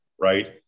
right